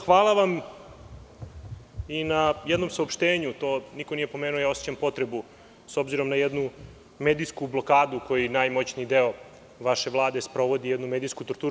Hvala vam i na jednom saopštenju, to niko nije pomenuo, a ja osećam potrebu s obzirom na jednu medijsku blokadu koji je najmoćniji deo vaše Vlade sprovodi, jednu medijsku torturu.